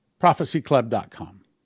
ProphecyClub.com